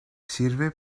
sirve